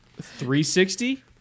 360